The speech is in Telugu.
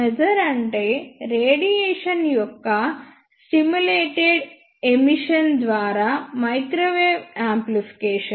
మాజర్ అంటే రేడియేషన్ యొక్క స్టిములేటెడ్ ఎమిషన్ ద్వారా మైక్రోవేవ్ యాంప్లిఫికేషన్